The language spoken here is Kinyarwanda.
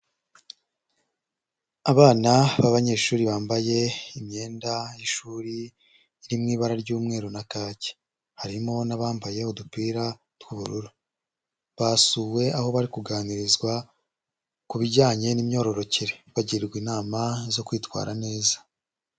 Abana b'abanyeshuri bambaye imyenda y'ishuri iri mu ibara ry'umweru na kake, harimo n'abambaye udupira tw'ubururu, basuwe aho bari kuganirizwa ku bijyanye n'imyororokere, bagirwa inama zo kwitwara neza.